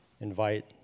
invite